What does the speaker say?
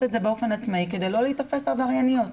את זה באופן עצמאי כדי לא להיתפס עברייניות.